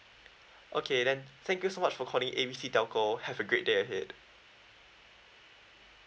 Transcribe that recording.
okay then thank you so much for calling A B C telco have a great day ahead